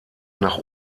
nach